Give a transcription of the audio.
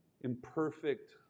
imperfect